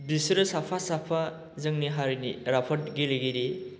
बिसोरो साफा साफा जोंनि हारिनि राफोद गेलेगिरि